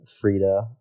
Frida